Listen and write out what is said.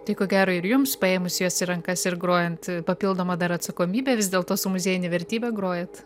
tai ko gero ir jums paėmus juos į rankas ir grojant papildoma dar atsakomybė vis dėlto su muziejine vertybe grojat